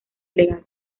legal